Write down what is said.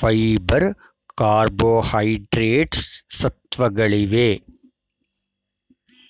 fibre, carbohydrates ಸತ್ವಗಳಿವೆ